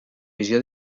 visió